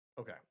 Okay